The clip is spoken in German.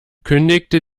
kündigte